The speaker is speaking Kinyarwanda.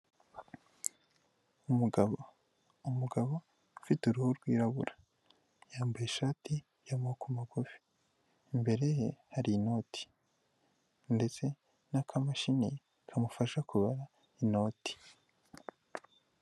Umugabo umugabo ufite uruhu rwirabura yambaye ishati y'amoboko magufi imbere ye hari inoti ndetse n'akamashini kamufasha kubara inoti.